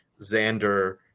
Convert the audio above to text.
Xander